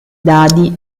dadi